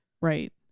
Right